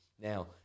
Now